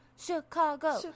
Chicago